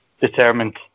determined